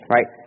Right